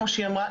כמו שהיא אמרה,